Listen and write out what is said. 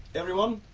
everyone.